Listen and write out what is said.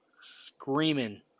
Screaming